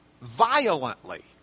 violently